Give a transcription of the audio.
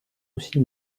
aussi